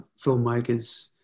filmmakers